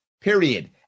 period